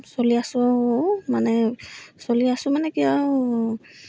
চলি আছোঁ আৰু মানে চলি আছোঁ মানে কি আৰু